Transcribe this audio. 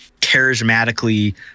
charismatically